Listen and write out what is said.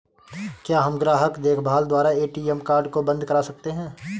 क्या हम ग्राहक देखभाल द्वारा ए.टी.एम कार्ड को बंद करा सकते हैं?